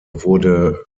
wurde